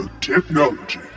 technology